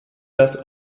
das